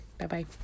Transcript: bye-bye